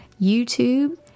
YouTube